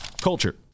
Culture